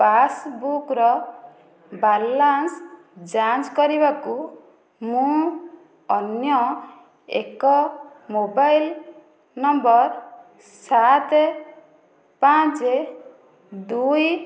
ପାସ୍ବୁକ୍ର ବାଲାନ୍ସ ଯାଞ୍ଚ କରିବାକୁ ମୁଁ ଅନ୍ୟ ଏକ ମୋବାଇଲ୍ ନମ୍ବର ସାତ ପାଞ୍ଚ ଦୁଇ